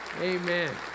Amen